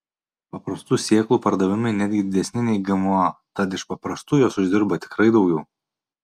paprastų sėklų pardavimai netgi didesni nei gmo tad iš paprastų jos uždirba tikrai daugiau